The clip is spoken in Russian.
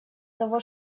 того